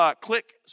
click